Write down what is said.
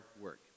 work